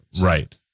Right